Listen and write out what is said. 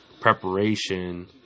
preparation